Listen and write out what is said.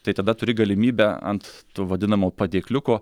tai tada turi galimybę ant to vadinamo padėkliuko